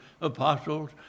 apostles